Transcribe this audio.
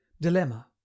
dilemma